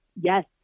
Yes